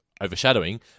overshadowing